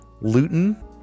Luton